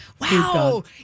wow